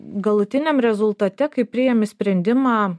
galutiniam rezultate kai priimi sprendimą